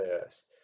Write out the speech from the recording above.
first